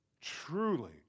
truly